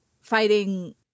fighting